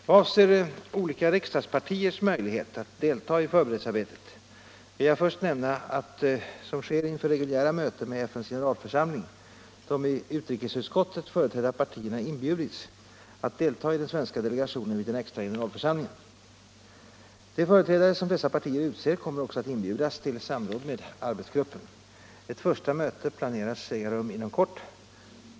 Vad avser olika riksdagspartiers möjlighet att delta i förberedelsearbetet vill jag först nämna att som sker inför reguljära möten med FN:s generalförsamling de i utrikesutskottet företrädda partierna inbjudits att delta i den svenska delegationen vid den extra generalförsamlingen. De företrädare som dessa partier utser kommer också att inbjudas till samråd med arbetsgruppen. Ett första möte planeras äga rum inom kort.